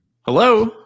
Hello